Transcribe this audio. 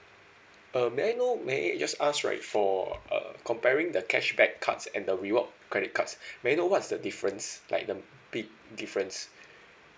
uh may I know may I just ask right for uh comparing the cashback cards and the reward credit cards may I know what's the difference like the big difference